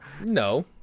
No